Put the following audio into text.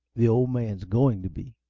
the old man's going to be.